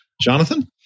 Jonathan